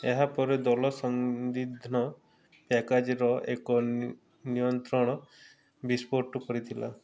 ଏହାପରେ ଦଳ ସନ୍ଦିଗ୍ଧ ପ୍ୟାକେଜ୍ର ଏକ ନିୟନ୍ତ୍ରଣ ବିସ୍ଫୋଟ କରିଥିଲା